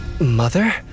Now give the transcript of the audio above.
Mother